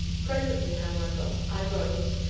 presently, however, i rose,